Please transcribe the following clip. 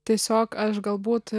tiesiog aš galbūt